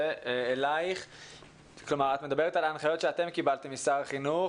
את מדברת על ההנחיות שאתם קיבלתם משר החינוך.